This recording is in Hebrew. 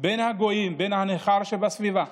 בין הגויים, בנכר שבסביבה.